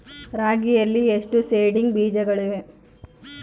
ರಾಗಿಯಲ್ಲಿ ಎಷ್ಟು ಸೇಡಿಂಗ್ ಬೇಜಗಳಿವೆ?